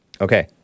Okay